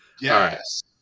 Yes